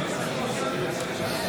להלן תוצאות ההצבעה: